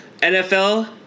NFL